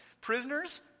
prisoners